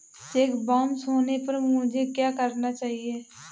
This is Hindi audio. चेक बाउंस होने पर मुझे क्या करना चाहिए?